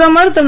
பிரதமர் திரு